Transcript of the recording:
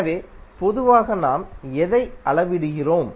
எனவே பொதுவாக நாம் எதை அளவிடுகிறோம்